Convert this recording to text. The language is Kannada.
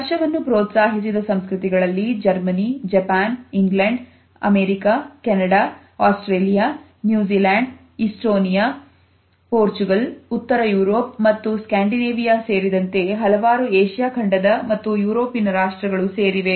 ವರ್ಷವನ್ನು ಪ್ರೋತ್ಸಾಹಿಸಿದ ಸಂಸ್ಕೃತಿಗಳಲ್ಲಿ Germany Japan England America Canada Australia New Zealand Estonia Portugal ಉತ್ತರ ಯುರೋಪ್ ಮತ್ತು ಸ್ಕ್ಯಾಂಡಿನೇವಿಯಾ ಸೇರಿದಂತೆ ಹಲವಾರು ಏಷ್ಯಾ ಖಂಡದ ಮತ್ತು ಯುರೋಪಿನ ರಾಷ್ಟ್ರಗಳು ಸೇರಿವೆ